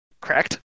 correct